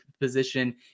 position